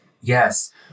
yes